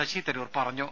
ശശി തരൂർ പറഞ്ഞു